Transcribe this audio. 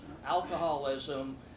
Alcoholism